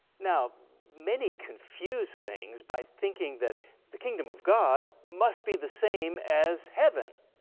now many confuse things by thinking that the kingdom of god must be the same as heaven.